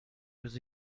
روز